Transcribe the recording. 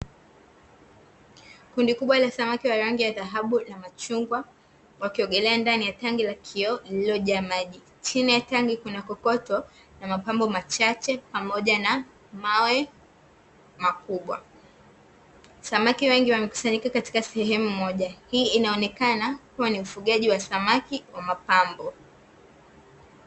Kundi kubwa la samaki ŵa rangi ya dhahabu na machungwa wakiogelea ndani ya tangi la kioo lililojaa maji, chini ya tangi kuna sokoto na mapambo machache pamoja na mawe makubwa, samaki wengi wamekusanyika katika sehemu moja hii inonekana kuwa ni ufugaji samaki wa mapambo.